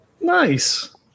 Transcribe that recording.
Nice